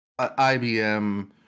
IBM